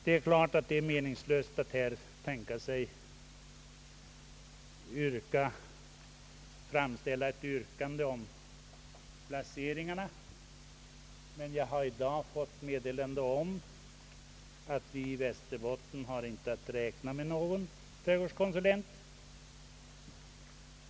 Det är klart att det är meningslöst att här framställa ett yrkande om en annan fördelning av konsulentbefattningarna på detta område, men jag har i dag fått meddelande om att Västerbottens län inte kan räkna med någon trädgårdskonsulent.